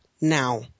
now